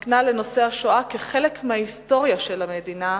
מייחסת לנושא השואה כחלק מההיסטוריה של המדינה,